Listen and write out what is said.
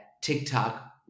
TikTok